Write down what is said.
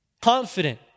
Confident